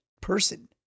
person